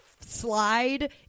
slide